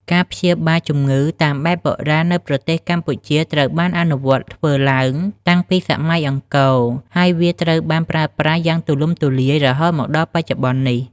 ការព្យាបាលជំងឺតាមបែបបុរាណនៅប្រទេសកម្ពុជាត្រូវបានអនុវត្តធ្វើឡើងតាំងពីសម័យអង្គរ ហើយវាត្រូវបានប្រើប្រាស់យ៉ាងទូលំទូលាយរហូតមកដល់បច្ចុប្បន្ននេះ។